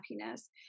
happiness